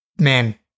man